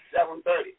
7.30